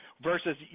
versus